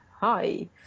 Hi